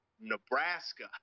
Nebraska